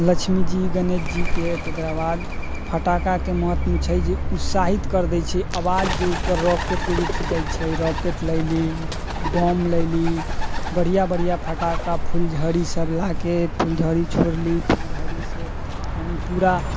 लक्ष्मी जी गणेश जीके तकरा बाद फटाकाके महत्व छै जे उत्साहित कर दै छै आवाज जे उपर रॉकेट के जे छूटै छै रॉकेट लैली बम लैली बढ़िआँ बढ़िआँ फटाका फुलझड़ी सब लाके फुलझड़ी छोड़ली फुलझड़ीसँ यानि पूरा